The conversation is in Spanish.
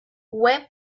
web